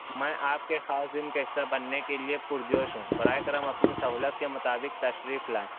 میں آپ کے خاص دن کا حصہ بننے کے لیے پرجوش ہوں برائے کرام اپنی سہولت کے مطابق تشریف لائیں